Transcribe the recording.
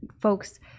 folks